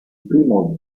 primo